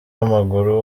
w’amaguru